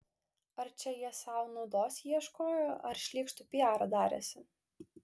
ar čia jie sau naudos ieškojo ar šlykštų piarą darėsi